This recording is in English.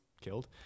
killed